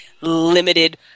limited